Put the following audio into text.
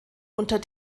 unter